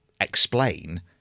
explain